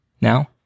Now